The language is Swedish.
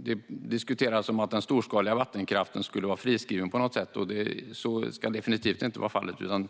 Det diskuteras att den storskaliga vattenkraften skulle vara friskriven på något sätt, men så ska det definitivt inte vara.